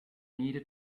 needed